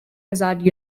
azad